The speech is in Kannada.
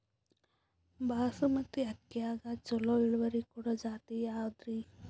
ಬಾಸಮತಿ ಅಕ್ಕಿಯಾಗ ಚಲೋ ಇಳುವರಿ ಕೊಡೊ ಜಾತಿ ಯಾವಾದ್ರಿ?